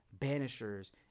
Banishers